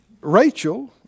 Rachel